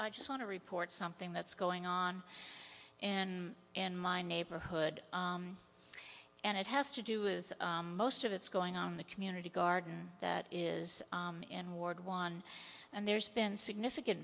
i just want to report something that's going on and in my neighborhood and it has to do with most of it's going on in the community garden that is in ward one and there's been significant